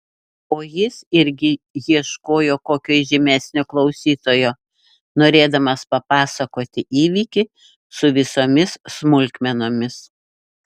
o jis irgi ieškojo kokio įžymesnio klausytojo norėdamas papasakoti įvykį su visomis smulkmenomis